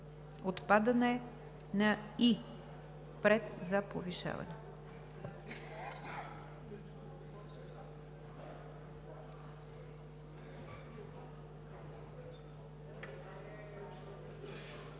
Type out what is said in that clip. отпадане на „и“ пред „за повишаване“.